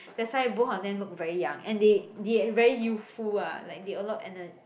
that's why both of them looked very young and they they very youthful ah like they a lot ener~